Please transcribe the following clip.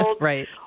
Right